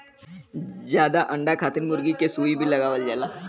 जादा अंडा खातिर मुरगी के सुई भी लगावल जाला